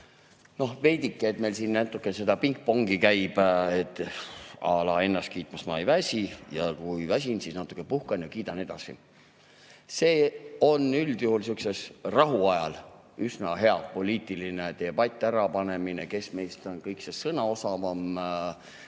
Veidike meil siin seda pingpongi käib:à laennast kiitmast ma ei väsi ja kui väsin, siis natuke puhkan ja kiidan edasi. See on üldjuhul rahuajal üsna hea poliitiline debatt, ärapanemine, et kes meist on kõige sõnaosavam. Kuid